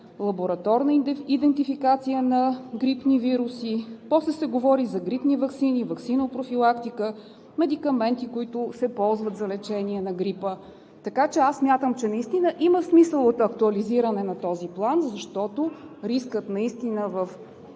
лабораторна идентификация на грипни вируси. После се говори за грипни ваксини, ваксинопрофилактика, медикаменти, които се ползват за лечение на грипа. Смятам, че наистина има смисъл от актуализиране на този план, защото рискът в